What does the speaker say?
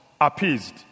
appeased